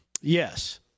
Yes